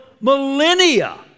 millennia